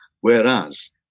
Whereas